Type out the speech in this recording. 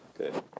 Okay